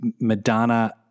Madonna